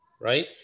right